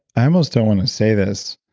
i almost don't want to say this,